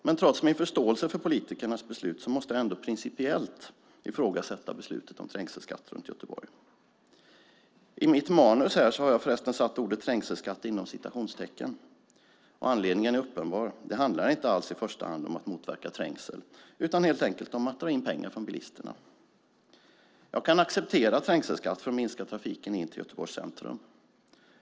Men trots min förståelse för politikernas beslut måste jag principiellt ifrågasätta beslutet om "trängselskatt" runt Göteborg. I mitt manus har jag förresten satt ordet "trängselskatt" inom citationstecken. Anledningen är uppenbar - det handlar inte alls i första hand om att motverka trängsel utan helt enkelt om att dra in pengar från bilisterna. Jag kan acceptera trängselskatt för att minska trafiken in till Göteborgs centrum.